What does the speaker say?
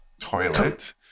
toilet